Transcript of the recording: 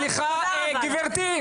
סליחה, גברתי.